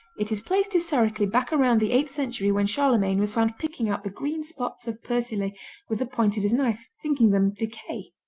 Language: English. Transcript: it is placed historically back around the eighth century when charlemagne was found picking out the green spots of persille with the point of his knife, thinking them decay.